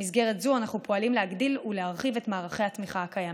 במסגרת זו אנחנו פועלים להגדיל ולהרחיב את מערכי התמיכה הקיימים.